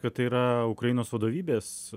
kad tai yra ukrainos vadovybės